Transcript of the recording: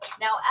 Now